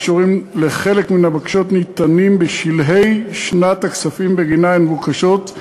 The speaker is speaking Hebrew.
האישורים לחלק מהבקשות ניתנים בשלהי שנת הכספים שבגינה הם מבוקשים,